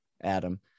Adam